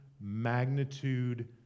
magnitude